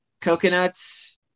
coconuts